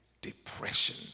depression